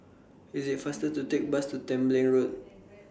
IT IS faster to Take Bus to Tembeling Road